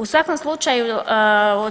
U svakom slučaju